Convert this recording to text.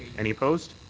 any opposed?